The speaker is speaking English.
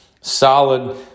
Solid